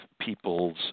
people's